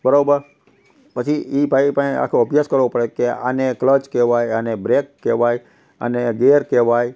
બરાબર પછી એ ભાઈ પાસે આખો અભ્યાસ કરવો પડે કે આને ક્લચ કહેવાય આને બ્રેક કહેવાય આને ગેર કહેવાય